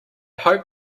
hoped